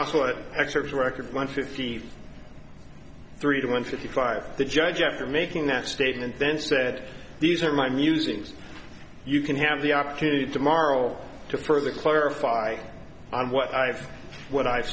what excerpts of record one fifty three to one fifty five the judge after making that statement then said these are my musings you can have the opportunity tomorrow to further clarify what i've what i've